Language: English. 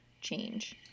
change